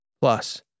Plus